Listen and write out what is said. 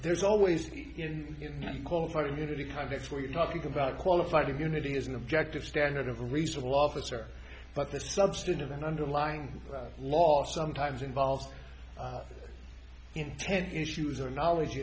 there's always a call for unity conflicts where you're talking about qualified immunity is an objective standard of reasonable officer but the substantive and underlying law sometimes involves intent issues or knowledge